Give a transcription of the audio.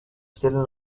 still